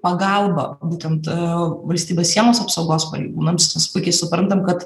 pagalba būtent valstybės sienos apsaugos pareigūnams mes puikiai suprantam kad